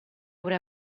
ore